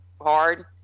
hard